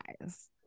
guys